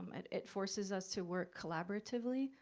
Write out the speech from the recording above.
um it it forces us to work collaboratively,